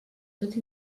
tot